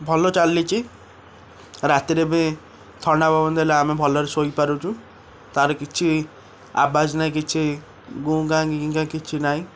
ଭଲ ଚାଲିଛି ରାତିରେ ବି ଥଣ୍ଡା ପବନ ଦେଲେ ଆମେ ଭଲରେ ଶୋଇ ପାରୁଛୁ ତାର କିଛି ଆବାଜ କିଛି ନାହିଁ ଘୁଂ ଘା ଘି ଘା କିଛି ନାହିଁ